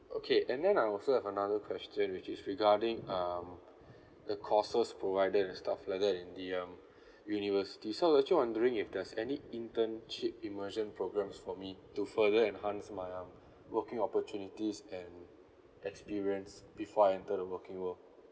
okay and then I also have another question which is regarding um the courses provided and stuffs like that in the um university so I'm actually wondering if there's any internship immersion programmes for me to further enhance my um working opportunities and experience before I enter the working world